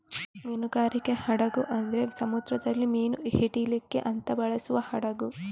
ಮೀನುಗಾರಿಕೆ ಹಡಗು ಅಂದ್ರೆ ಸಮುದ್ರದಲ್ಲಿ ಮೀನು ಹಿಡೀಲಿಕ್ಕೆ ಅಂತ ಬಳಸುವ ಹಡಗು